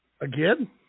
Again